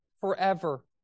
forever